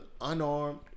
unarmed